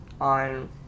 on